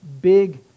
big